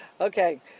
Okay